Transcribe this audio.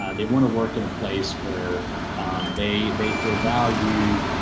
ah they want to work in a place where they they feel valued.